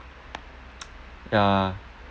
ya